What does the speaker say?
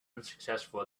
unsuccessful